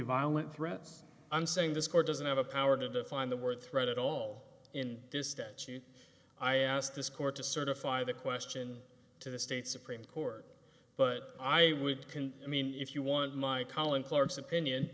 violent threats and saying this court doesn't have a power to define the word threat at all in this statute i asked this court to certify the question to the state supreme court but i would can i mean if you want my column clerks opinion